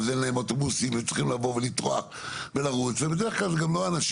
אז אין להם אוטובוסים והם צריכים לרוץ ממקום למקום.